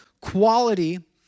quality